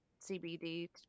CBD